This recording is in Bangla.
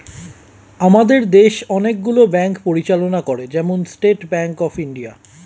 আমাদের দেশ অনেক গুলো ব্যাঙ্ক পরিচালনা করে, যেমন স্টেট ব্যাঙ্ক অফ ইন্ডিয়া